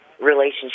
relationship